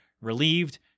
relieved